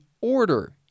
order